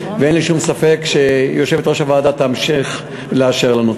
ואין לי שום ספק שיושבת-ראש הוועדה תמשיך לאשר לנו.